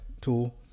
tool